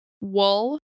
wool